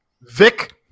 Vic